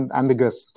ambiguous